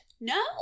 No